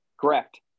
Correct